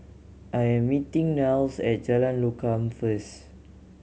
I am meeting Niles at Jalan Lokam first